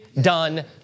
done